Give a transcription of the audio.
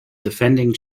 defending